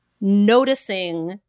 noticing